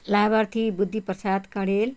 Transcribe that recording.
लाभार्थी बुद्धि प्रसाद कँडेल